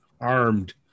armed